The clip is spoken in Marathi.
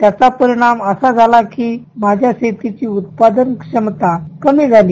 त्याचा परिणाम असा झाला की माझ्या शेतीची उत्पादन क्षमता कमी झाली